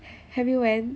have you went